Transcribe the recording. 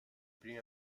primi